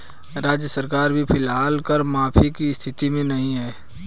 राज्य सरकार भी फिलहाल कर माफी की स्थिति में नहीं है